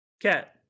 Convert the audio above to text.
Cat